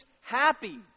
happy